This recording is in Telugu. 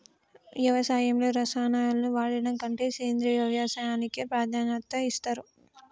వ్యవసాయంలో రసాయనాలను వాడడం కంటే సేంద్రియ వ్యవసాయానికే ప్రాధాన్యత ఇస్తరు